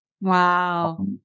Wow